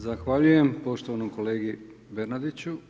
Zahvaljujem poštovanom kolegi Bernardiću.